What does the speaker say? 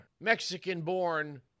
Mexican-born